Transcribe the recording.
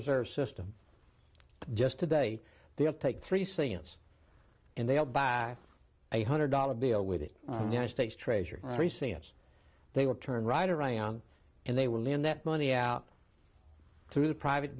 reserve system just today they'll take three scenes and they'll buy a hundred dollar bill with the united states treasury receipts they will turn right around and they will in that money out through the private